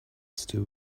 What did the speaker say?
still